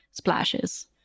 splashes